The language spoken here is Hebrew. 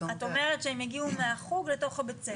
את אומרת שהם יגיעו מהחוג לבית הספר.